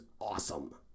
awesome